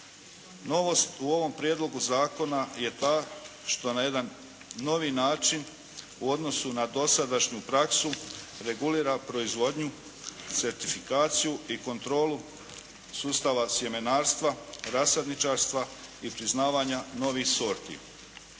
Novost u ovom prijedlogu zakona je ta što na jedan novi način u odnosu na dosadašnju praksu regulira proizvodnju, certifikaciju i kontrolu sustava sjemenarstva, rasadničarstva i priznavanja novih sorti.